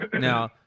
Now